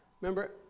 Remember